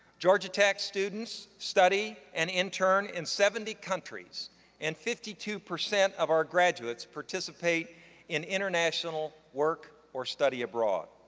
georgia tech students study and intern in seventy countries and fifty two percent of our graduates participate in international work or study abroad.